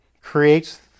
creates